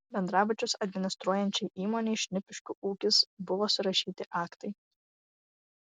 bendrabučius administruojančiai įmonei šnipiškių ūkis buvo surašyti aktai